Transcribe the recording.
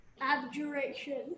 Abjuration